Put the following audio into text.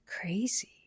crazy